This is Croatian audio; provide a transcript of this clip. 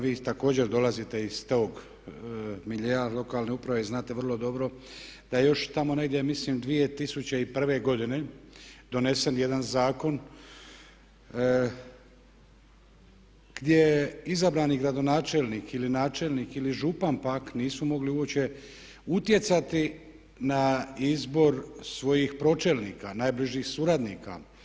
Vi također dolazite iz tog miljea lokalne uprave i znate vrlo dobro da je još tamo negdje mislim 2001. godine donesen jedan zakon gdje je izabrani gradonačelnik ili načelnik ili župan pak nisu mogli uopće utjecati na izbor svojih pročelnika, najbližih suradnika.